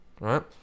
right